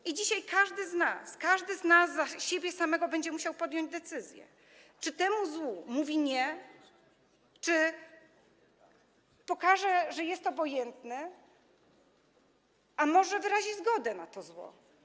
I dzisiaj każdy z nas, każdy z nas za siebie samego będzie musiał podjąć decyzję, czy temu złu powie „nie”, czy pokaże, że jest obojętny, a może wyrazi zgodę na to zło.